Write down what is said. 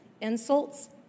insults